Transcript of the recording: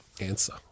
answer